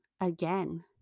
again